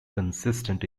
consistent